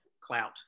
clout